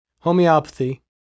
homeopathy